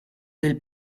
del